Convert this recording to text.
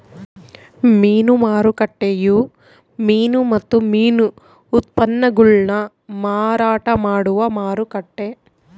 ಮೀನು ಮಾರುಕಟ್ಟೆಯು ಮೀನು ಮತ್ತು ಮೀನು ಉತ್ಪನ್ನಗುಳ್ನ ಮಾರಾಟ ಮಾಡುವ ಮಾರುಕಟ್ಟೆ